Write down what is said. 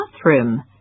bathroom